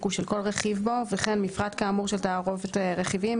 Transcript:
ושל כל רכיב בו וכן מפרט כאמור של תערובת רכיבים,